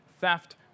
theft